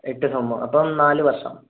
എട്ട് സെമ്മോ അപ്പം നാല് വർഷം